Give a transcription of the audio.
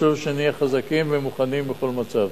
וחשוב שנהיה חזקים ומוכנים בכל מצב.